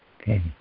Okay